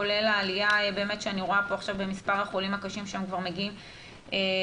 כולל העלייה שאני רואה פה במס' החולים הקשים שכבר מגיעים ל-244,